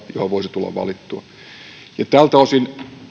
johon voisi tulla valituksi tältä osin